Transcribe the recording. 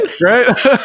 right